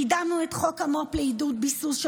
קידמנו את חוק המו"פ לעידוד ביסוס של